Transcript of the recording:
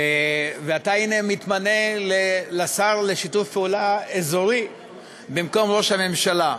והנה אתה מתמנה לשר לשיתוף פעולה אזורי במקום ראש הממשלה,